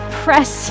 press